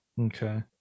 okay